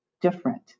different